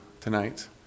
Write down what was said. tonight